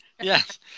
Yes